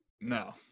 No